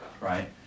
right